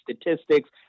statistics